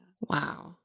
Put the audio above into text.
Wow